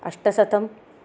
अष्टशतम्